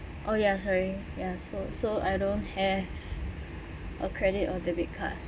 oh ya sorry ya so so I don't have a credit or debit card